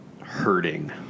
hurting